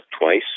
twice